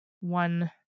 one